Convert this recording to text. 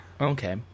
Okay